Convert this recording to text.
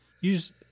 use